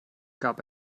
gab